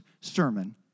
sermon